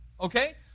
okay